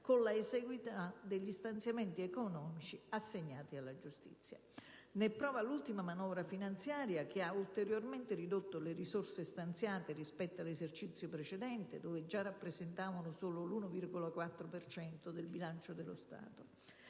con la esiguità degli stanziamenti economici assegnati alla giustizia. Ne è prova l'ultima manovra finanziaria, che ha ulteriormente ridotto le risorse stanziate rispetto all'esercizio precedente, ove già rappresentavano soltanto l'1,4 per cento del bilancio dello Stato.